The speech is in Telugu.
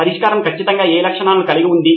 పరిష్కారం ఖచ్చితంగా ఏ లక్షణాలను కలిగి ఉంది